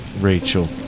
Rachel